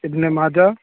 ابن ماجہ